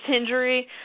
injury